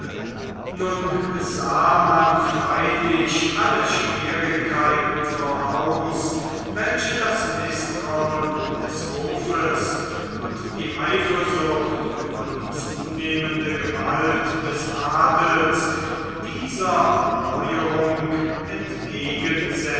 nun sah man freilich alle schwierigkeiten voraus welche das mißtrauen des hofes und die eifersucht über die zunehmende gewalt des adels dieser neuerung